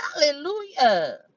Hallelujah